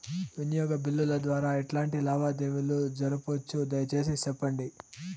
వినియోగ బిల్లుల ద్వారా ఎట్లాంటి లావాదేవీలు జరపొచ్చు, దయసేసి సెప్పండి?